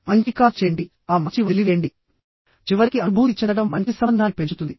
మంచి కాల్ చేయండి ఆ మంచి వదిలివేయండి చివరికి అనుభూతి చెందడం మంచి సంబంధాన్ని పెంచుతుంది